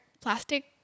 plastic